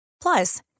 Plus